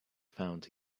found